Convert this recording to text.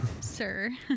sir